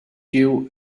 queue